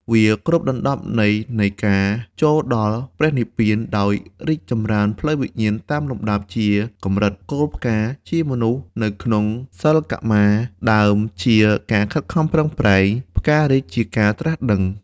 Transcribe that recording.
វាគ្របដណ្តប់ន័យនៃការចូលដល់ ព្រះនិព្វានដោយរីកចម្រើនផ្លូវវិញ្ញាណតាមលំដាប់ជាកម្រិត៖គល់ផ្កា ជាមនុស្សនៅក្នុងសិលកមារ ដើមជាការខិតខំប្រឹងប្រែង ផ្ការីកជាការត្រាស់ដឹង។